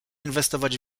inwestować